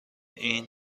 این